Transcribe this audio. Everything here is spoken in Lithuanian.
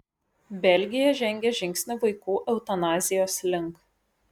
belgija žengė žingsnį vaikų eutanazijos link